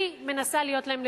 אני מנסה להיות להם לפה,